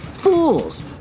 fools